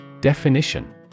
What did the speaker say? Definition